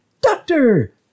doctor